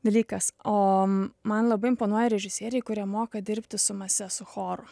dalykas o man labai imponuoja režisieriai kurie moka dirbti su mase su choru